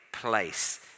place